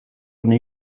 new